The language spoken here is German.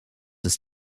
ist